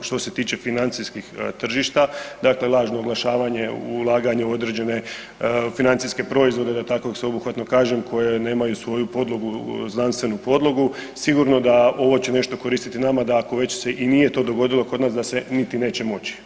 Što se tiče financijskih tržišta, lažno oglašavanje, ulaganje u određene financijske proizvode da tako sveobuhvatno kažem koje nemaju svoju podlogu, znanstvenu podlogu, sigurno da ovo će nešto koristiti nama da ako već se i nije to dogodilo kod nas, da se niti neće moći.